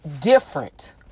different